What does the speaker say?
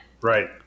Right